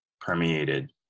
permeated